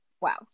Wow